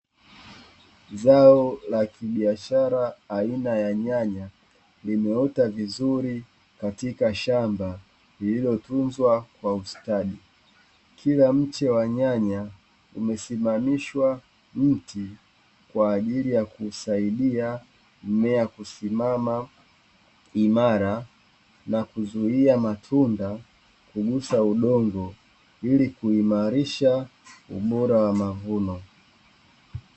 Zao la kibiashara aina ya nyanya, limeota vizuri katika shamba lililotunzwa kwa ustadi, kila mche wa nyanya umesimamishwa mti kwa ajili ya kusaidia mmea kusimama imara na kuzuia matunda kugusa udongo, ili kuimarisha ubora wa mavuno